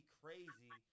crazy